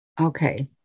okay